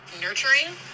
nurturing